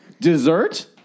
Dessert